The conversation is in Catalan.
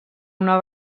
una